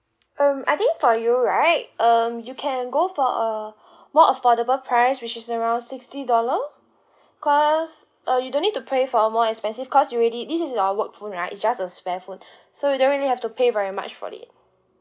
um I think for you right um you can go for a more affordable price which is around sixty dollar cause uh you don't need to pay for a more expensive cause you already this is our work phone right it's just a spare phone so you don't really have to pay very much for it